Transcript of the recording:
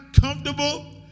comfortable